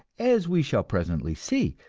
as we shall presently see,